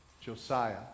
Josiah